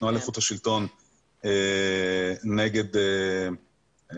התנועה לאיכות השלטון נגד המשטרה.